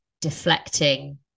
deflecting